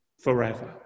forever